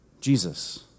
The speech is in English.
Jesus